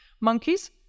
monkeys